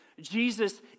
Jesus